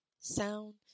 sound